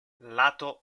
lato